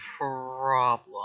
problem